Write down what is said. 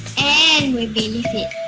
and we believe